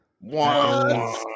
One